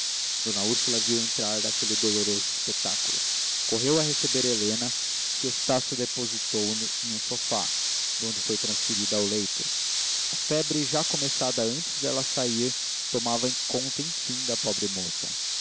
d úrsula viu entrar aquele doloroso espetáculo correu a receber helena que estácio depositou em um sofá donde foi transferida ao leito a febre já começada antes dela sair tomara conta enfim da pobre moça